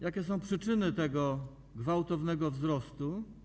Jakie są przyczyny tego gwałtownego wzrostu?